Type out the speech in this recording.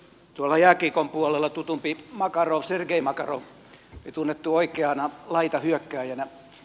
tuolla jääkiekon puolella tutumpi makarov sergei makarov oli tunnettu oikeana laitahyökkääjänä